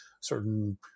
certain